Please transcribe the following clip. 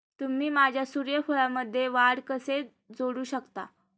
तुम्ही माझ्या सूर्यफूलमध्ये वाढ कसे जोडू शकता?